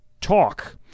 Talk